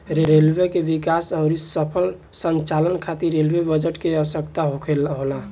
railway के विकास अउरी सफल संचालन खातिर रेलवे बजट के आवसकता होला